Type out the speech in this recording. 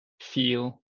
feel